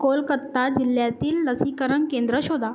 कोलकत्ता जिल्ह्यातील लसीकरण केंद्रं शोधा